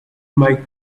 might